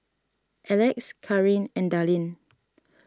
Elex Kareen and Dallin